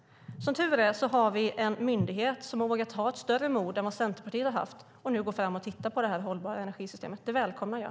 Som tur är har vi en myndighet som har vågat visa större mod än vad Centerpartiet gjort och tittar på det hållbara energisystemet. Det välkomnar jag.